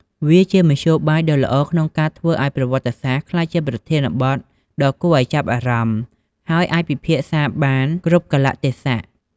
វាជាមធ្យោបាយដ៏ល្អក្នុងការធ្វើឲ្យប្រវត្តិសាស្ត្រក្លាយជាប្រធានបទដ៏គួរឲ្យចាប់អារម្មណ៍ ហើយអាចពិភាក្សាបានគ្រប់កាលៈទេសៈ។